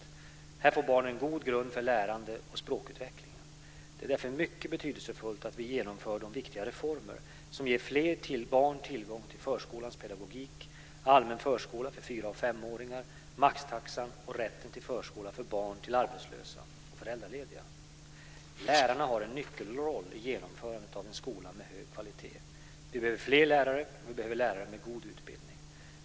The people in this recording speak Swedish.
Här får barnen en god grund för lärande och språkutveckling. Det är därför mycket betydelsefullt att vi genomför de viktiga reformer som ger fler barn tillgång till förskolans pedagogik, allmän förskola för 4 och 5-åringar, maxtaxa och rätt till förskola för barn till arbetslösa och föräldralediga. Lärarna har en nyckelroll i genomförandet av en skola med hög kvalitet. Vi behöver fler lärare, och vi behöver lärare med god utbildning.